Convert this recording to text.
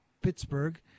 Pittsburgh